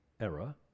error